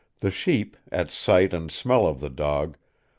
the sheep, at sight and smell of the dog,